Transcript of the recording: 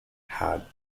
had